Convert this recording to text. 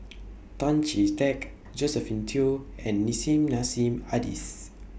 Tan Chee Teck Josephine Teo and Nissim Nassim Adis